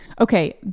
Okay